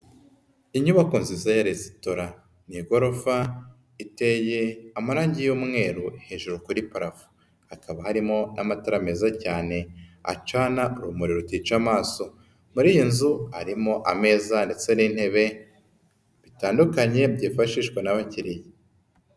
Inyubako nziza ya resitora, ni igorofa iteye amarangi y'umweru hejuru kuri parafu, hakaba harimo n'amatara meza cyane acana urumuri rutica amaso, muri iyi nzu harimo ameza ndetse n'intebe bitandukanye byifashishwa n'abakiriya.